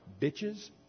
bitches